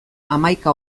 hamaika